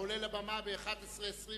העולה לבמה ב-11:28